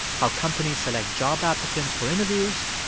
how companies select job applicants for interviews,